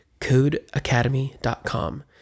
codeacademy.com